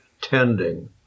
tending